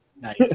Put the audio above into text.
Nice